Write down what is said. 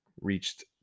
reached